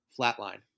flatline